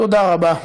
תודה רבה.